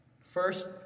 First